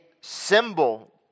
symbol